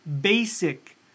basic